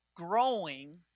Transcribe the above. Growing